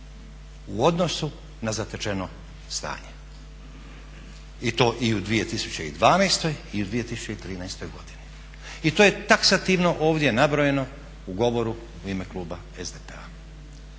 u odnosu na zatečeno stanje i to u 2012. i u 2013. godini i to je taksativno ovdje nabrojeno u govoru u ime kluba SDP-a.